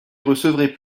recevraient